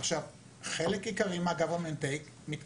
חלק עיקרי מ- government takeמתקיים.